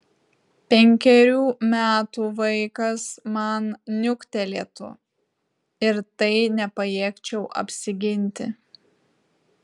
penkerių metų vaikas man niuktelėtų ir tai nepajėgčiau apsiginti